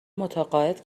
متعاقد